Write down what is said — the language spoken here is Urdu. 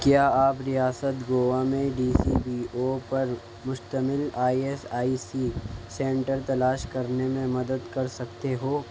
کیا آپ ریاست گوا میں ڈی سی بی او پر مشتمل I S I C centre تلاش کرنے میں مدد کر سکتے ہو